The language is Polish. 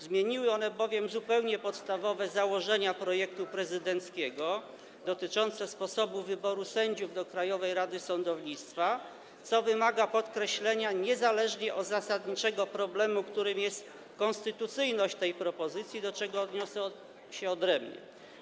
Zamieniły one bowiem zupełnie podstawowe założenia projektu prezydenckiego dotyczące sposobu wyboru sędziów do Krajowej Rady Sądownictwa niezależnie, co wymaga podkreślenia, od zasadniczego problemu, którym jest konstytucyjność tej propozycji, do czego odniosę się odrębnie.